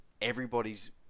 everybody's